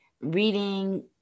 reading